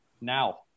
now